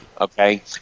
Okay